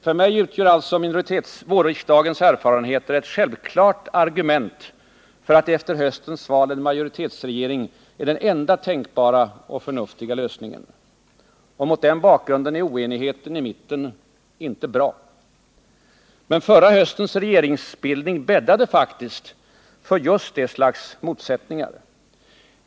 För mig utgör alltså vårriksdagens erfarenheter ett självklart argument för att efter höstens val en majoritetsregering är den enda tänkbara och förnuftiga lösningen. Mot den bakgrunden är oenigheten i mitten inte bra. Men förra höstens regeringsbildning bäddade faktiskt för just detta slags motsättningar.